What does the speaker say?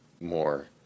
more